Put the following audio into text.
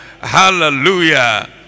Hallelujah